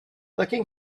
looking